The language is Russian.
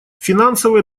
финансовые